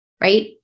Right